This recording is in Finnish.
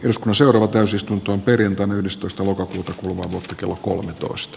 joskus orava täysistuntoon perjantaina yhdestoista lokakuuta kumonnut kello kolmetoista